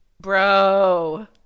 Bro